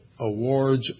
awards